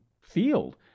field